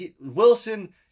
Wilson